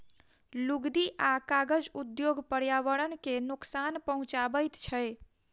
लुगदी आ कागज उद्योग पर्यावरण के नोकसान पहुँचाबैत छै